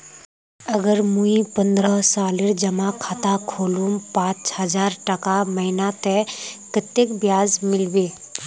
अगर मुई पन्द्रोह सालेर जमा खाता खोलूम पाँच हजारटका महीना ते कतेक ब्याज मिलबे?